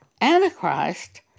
Antichrist